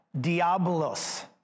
Diablos